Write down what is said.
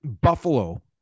Buffalo